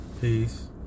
peace